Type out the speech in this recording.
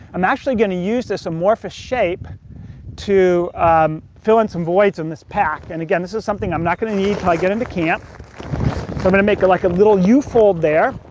i'm actually gonna use this amorphous shape to fill in some voids in this pack. and again, this is something i'm not gonna need til i get into camp. so i'm gonna make like a little yeah u-fold there.